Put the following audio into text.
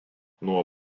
nuo